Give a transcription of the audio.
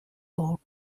god